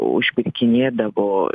už pirkinėdavo